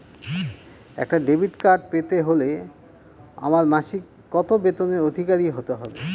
একটা debit card পেতে হলে আমার মাসিক কত বেতনের অধিকারি হতে হবে?